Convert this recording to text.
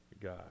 God